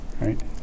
right